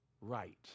right